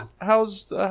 how's